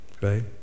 Right